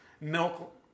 milk